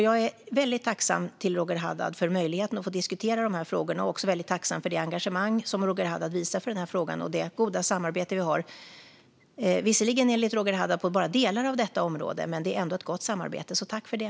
Jag är väldigt tacksam mot Roger Haddad för möjligheten att diskutera de här frågorna. Jag är också väldigt tacksam för det engagemang som Roger Haddad visar och för det goda samarbete som vi har - visserligen enligt Roger Haddad på bara delar av detta område. Det är ändå ett gott samarbete, så tack för det!